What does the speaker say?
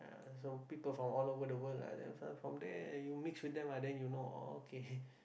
uh so people from all over the world are from there you mix with them ah then you know oh okay